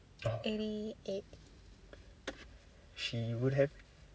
oh she would have